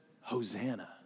Hosanna